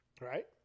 Right